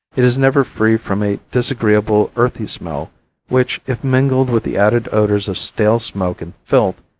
it is never free from a disagreeable earthy smell which, if mingled with the added odors of stale smoke and filth,